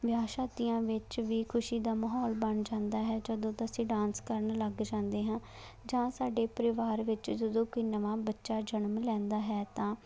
ਵਿਆਹ ਸ਼ਾਦੀਆਂ ਵਿਚ ਵੀ ਖੁਸ਼ੀ ਦਾ ਮਾਹੌਲ ਬਣ ਜਾਂਦਾ ਹੈ ਜਦੋਂ ਤੋਂ ਅਸੀਂ ਡਾਂਸ ਕਰਨ ਲੱਗ ਜਾਂਦੇ ਹਾਂ ਜਾਂ ਸਾਡੇ ਪਰਿਵਾਰ ਵਿੱਚ ਜਦੋਂ ਕੋਈ ਨਵਾਂ ਬੱਚਾ ਜਨਮ ਲੈਂਦਾ ਹੈ ਤਾਂ